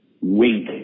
Wink